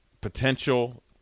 potential